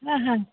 হ্যাঁ হ্যাঁ